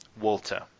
Walter